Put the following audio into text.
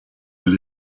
elle